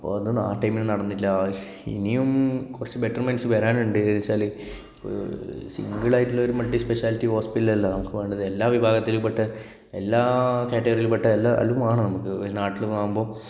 അപ്പോൾ അത് നാട്ടിൽ നിന്ന് നടന്നില്ല ഇനിയും കുറച്ച് ബെറ്റർമെന്റ്സ് വരാനുണ്ട് വെച്ചാല് സിംഗിൾ ആയിട്ടുള്ള ഒരു മൾട്ടിസ്പെഷ്യാലിറ്റി ഹോസ്പിറ്റല് അല്ല നമുക്ക് വേണ്ടത് എല്ലാ വിഭാഗത്തിലും പെട്ട എല്ലാ കാറ്റഗറിയില് പെട്ട എല്ലാ വേണം നമുക്ക് നാട്ടില് ആകുമ്പോൾ